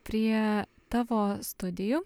prie tavo studijų